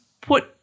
put